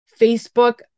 Facebook